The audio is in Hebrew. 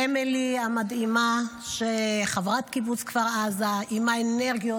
אמילי המדהימה, חברת קיבוץ כפר עזה, עם האנרגיות.